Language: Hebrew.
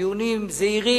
דיונים זהירים,